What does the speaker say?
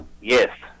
yes